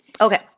Okay